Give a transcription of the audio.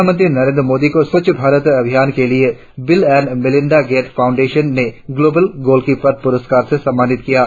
प्रधानमंत्री नरेंद्र मोदी को स्वच्छ भारत अभियान के लिए Bill and Melinda Gates Foundation ने ग्लोबल गोलकीपर पुरस्कार से सम्मानित किया है